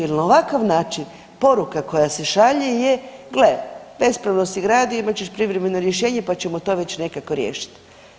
Jel na ovakav način poruka koja se šalje je gle bespravno si gradio imat ćeš privremeno rješenje pa ćemo to već nekako riješiti.